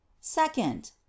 second